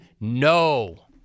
No